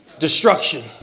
Destruction